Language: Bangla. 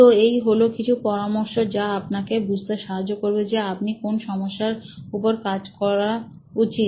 তো এই হলো কিছু পরামর্শ যা আপনাকে বুঝতে সাহায্য করবে যে আপনার কোন সমস্যার উপর কাজ করা উচিত